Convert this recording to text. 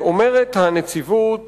אומרת הנציבות